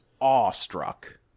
awestruck